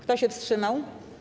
Kto się wstrzymał?